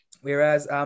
whereas